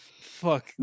Fuck